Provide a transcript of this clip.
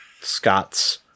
Scots